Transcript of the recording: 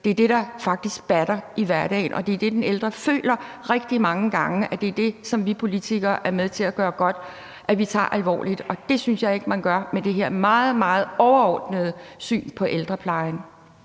faktisk det, der batter i hverdagen, og det er det, den ældre rigtig mange gange føler er det, som vi politikere er med til at gøre godt, og som vi tager alvorligt, og det synes jeg ikke man gør med det her meget, meget overordnede syn på ældreplejen.